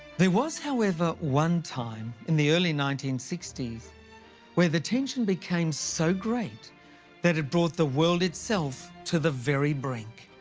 there was, however, one time in the early nineteen sixty s where the tension became so great that it brought the world itself to the very brink.